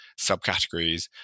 subcategories